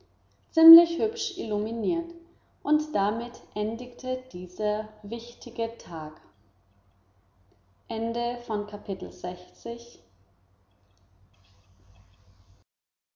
ziemlich hübsch illuminiert und damit endigte dieser wichtige tag